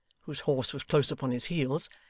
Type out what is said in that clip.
whose horse was close upon his heels,